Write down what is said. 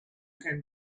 can